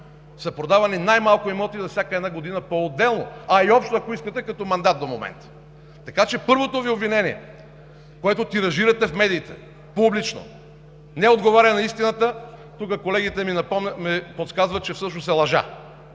са продавани най-малко имоти за всяка една година поотделно, а и общо, ако искате, като мандат до момента. Първото Ви обвинение, което тиражирате в медиите публично, не отговаря на истината – тук колегите ми подсказват, че всъщност е лъжа.